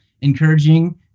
encouraging